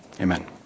Amen